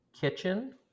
kitchen